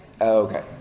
Okay